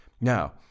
Now